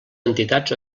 entitats